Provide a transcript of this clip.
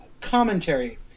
commentary